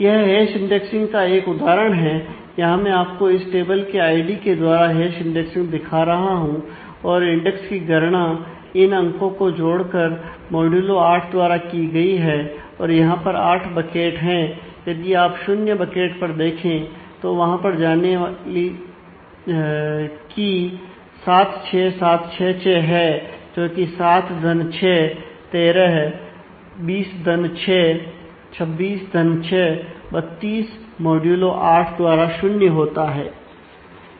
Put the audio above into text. यह hash indexing 76766 है जोकि 7 6 13 20 6 26 6 32 मॉड्यूलो 8 द्वारा 0 होता है